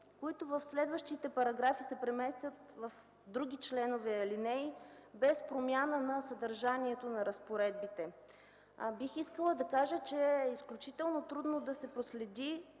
които в следващите параграфи се преместват в други членове и алинеи без промяна на съдържанието на разпоредбите. Бих искала да кажа, че е изключително трудно да се проследи